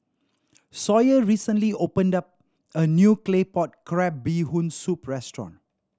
Sawyer recently opened a new Claypot Crab Bee Hoon Soup restaurant